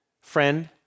friend